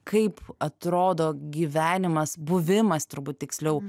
kaip atrodo gyvenimas buvimas turbūt tiksliau